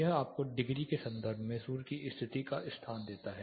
यह आपको डिग्री के संदर्भ में सूर्य की स्थिति का स्थान देता है